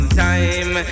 time